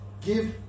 give